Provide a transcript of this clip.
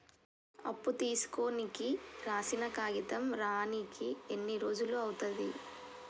అప్పు తీసుకోనికి రాసిన కాగితం రానీకి ఎన్ని రోజులు అవుతది?